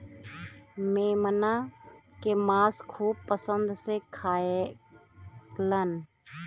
मेमना के मांस खूब पसंद से खाएलन